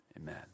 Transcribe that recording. amen